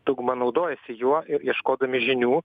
dauguma naudojasi juo ir ieškodami žinių